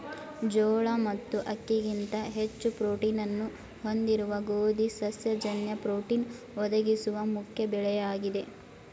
ಜೋಳ ಮತ್ತು ಅಕ್ಕಿಗಿಂತ ಹೆಚ್ಚು ಪ್ರೋಟೀನ್ನ್ನು ಹೊಂದಿರುವ ಗೋಧಿ ಸಸ್ಯ ಜನ್ಯ ಪ್ರೋಟೀನ್ ಒದಗಿಸುವ ಮುಖ್ಯ ಬೆಳೆಯಾಗಿದೆ